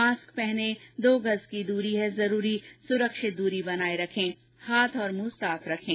mask पहनें दो गज़ की दूरी है जरूरी सुरक्षित दूरी बनाए रखें हाथ और मुंह साफ रखें